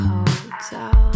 Hotel